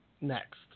next